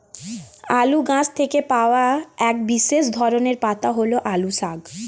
আলু গাছ থেকে পাওয়া এক বিশেষ ধরনের পাতা হল আলু শাক